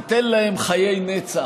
ייתן להם חיי נצח.